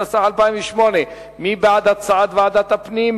התשס"ח 2008. מי בעד הצעת ועדת הפנים?